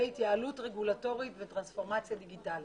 והתייעלות רגולטורית וטרנספורמציה דיגיטלית.